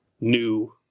new